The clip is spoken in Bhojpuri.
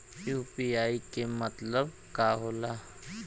यू.पी.आई के मतलब का होला?